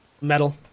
Metal